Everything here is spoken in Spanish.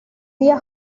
día